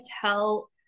tell